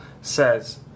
says